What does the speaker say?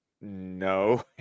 no